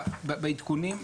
בעדכונים,